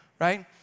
right